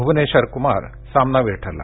भुवनेश्वर कुमार सामनावीर ठरला